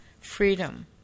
freedom